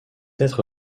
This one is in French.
être